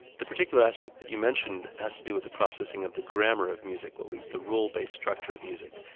the particular aspect that you mentioned has to do with the processing of the grammar of music, what we call the rule based structure of music.